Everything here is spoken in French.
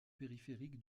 périphérique